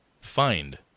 find